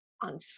on